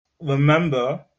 Remember